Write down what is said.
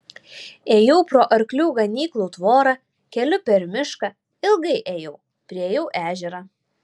ėjau pro arklių ganyklų tvorą keliu per mišką ilgai ėjau priėjau ežerą